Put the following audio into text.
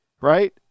right